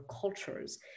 cultures